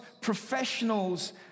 professionals